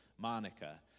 Monica